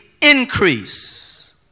increase